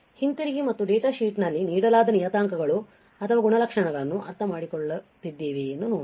ಹಿಂತಿರುಗಿ ಮತ್ತು ಡೇಟಾ ಶೀಟ್ನಲ್ಲಿ ನೀಡಲಾದ ನಿಯತಾಂಕಗಳು ಅಥವಾ ಗುಣಲಕ್ಷಣಗಳನ್ನು ನಾವು ಅರ್ಥಮಾಡಿಕೊಳ್ಳುತ್ತಿದ್ದೇವೆಯೇ ಎಂದು ನೋಡಿ